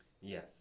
Yes